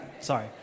Sorry